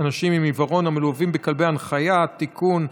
אנשים עם עיוורון המלווים בכלבי נחייה (תיקון,